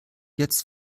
jetzt